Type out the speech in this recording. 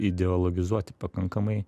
ideologizuoti pakankamai